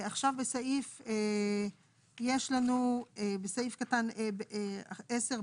עכשיו בסעיף, יש לנו בסעיף קטן 10(ב),